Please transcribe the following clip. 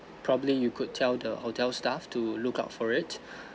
probably you could tell the hotel staff to look out for it